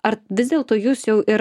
ar vis dėlto jūs jau ir